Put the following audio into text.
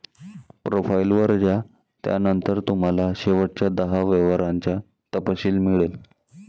profile वर जा, त्यानंतर तुम्हाला शेवटच्या दहा व्यवहारांचा तपशील मिळेल